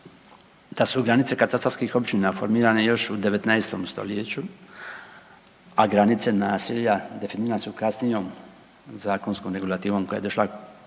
da su granice katastarskih općina formirane još u 19. stoljeću, a granice naselja definirane su kasnijom zakonskom regulativom koja je došla